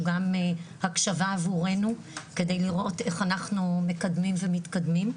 גם הקשבה עבורנו כדי לראות איך אנחנו מקדמים ומתקדמים,